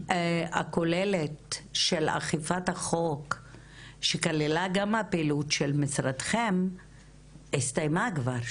הכוללת של אכיפת החוק שכללה גם את הפעילות של משרדכם הסתיימה כבר,